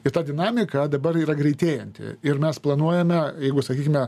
ir ta dinamika dabar yra greitėjanti ir mes planuojame jeigu sakykime